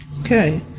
Okay